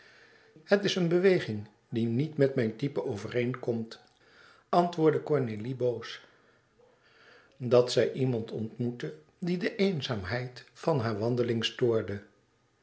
het is een beweging die niet met mijn type overeenkomt antwoordde cornélie boos dat zij iemand ontmoette die de eenzaamheid van haar wandelen stoorde